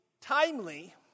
timely